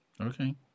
Okay